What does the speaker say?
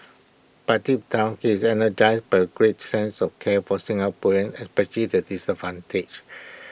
but deep down he is energised by A great sense of care for Singaporeans especially the disadvantaged